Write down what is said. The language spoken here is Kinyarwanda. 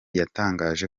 yatangaje